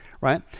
right